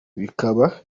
bikaba